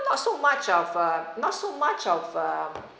not so much of a not so much of a